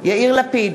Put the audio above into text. יאיר לפיד,